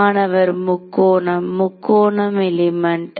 மாணவர் முக்கோணம் முக்கோண எலிமெண்ட்